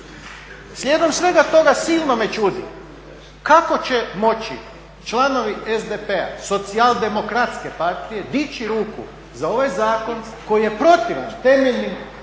Slijedom svega toga silno me čudi kako će moći članovi SDP-a, socijaldemokratske partije, dići ruku za ovaj zakon koji je protiv temeljnim